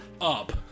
up